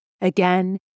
again